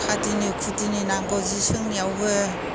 खादिनि खुदिनि नांगौ सि सोंनायावबो